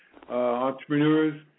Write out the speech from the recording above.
entrepreneurs